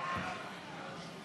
חוק הטבות במס וייעוץ במס